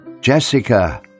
Jessica